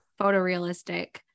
photorealistic